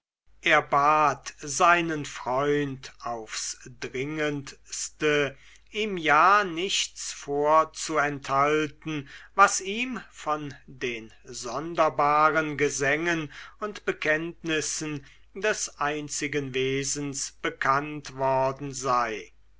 er bat seinen freund aufs dringendste ihm ja nichts vorzuenthalten was ihm von den sonderbaren gesängen und bekenntnissen des einzigen wesens bekannt worden sei